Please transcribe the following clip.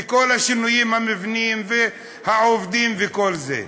וכל השינויים המבניים והעובדים וכל זה.